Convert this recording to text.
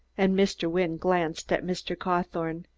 and mr. wynne glanced at mr. cawthorne.